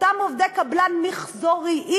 אותם עובדי קבלן מחזוריים,